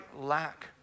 lack